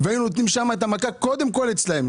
והיינו נותנים את המכה שם קודם כול אצלם,